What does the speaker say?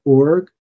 org